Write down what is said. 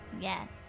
Yes